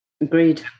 Agreed